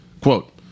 Quote